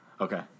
Okay